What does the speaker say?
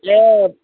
अ